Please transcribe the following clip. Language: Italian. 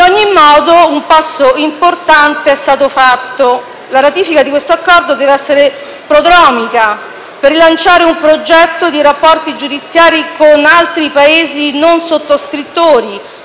Ad ogni modo, un passo importante è stato fatto. La ratifica di questo accordo deve essere prodromica per rilanciare un progetto di rapporti giudiziari con altri Paesi non sottoscrittori,